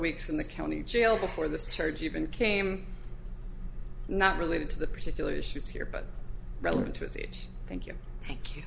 weeks in the county jail before this charge even came not related to the particular issues here but relevant to his age thank you thank you